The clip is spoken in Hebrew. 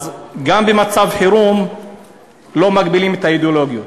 גם במצב חירום לא מגבילים את האידיאולוגיות.